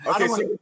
Okay